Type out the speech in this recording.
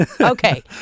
Okay